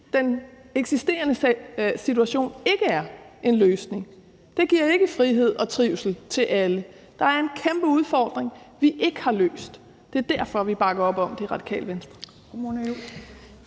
den eksisterende situation ikke er en løsning; det giver ikke frihed og trivsel til alle. Der er en kæmpe udfordring, vi ikke har løst, og det er derfor, vi bakker op om det i Radikale Venstre.